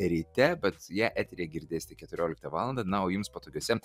ryte bet ją eteryje girdėsite keturioliktą valandą na o jums patogiose